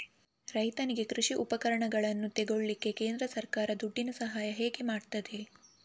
ರೈತನಿಗೆ ಕೃಷಿ ಉಪಕರಣಗಳನ್ನು ತೆಗೊಳ್ಳಿಕ್ಕೆ ಕೇಂದ್ರ ಸರ್ಕಾರ ದುಡ್ಡಿನ ಸಹಾಯ ಹೇಗೆ ಮಾಡ್ತದೆ?